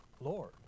Lord